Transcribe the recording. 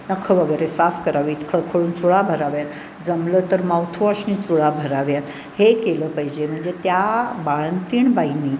नखं वगैरे साफ करावीत खळखळून चुळा भराव्यात जमलं तर माउथवॉशने चुळा भराव्यात हे केलं पाहिजे म्हणजे त्या बाळंतीणबाईने